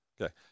Okay